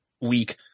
week